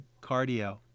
Cardio